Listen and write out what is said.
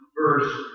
Verse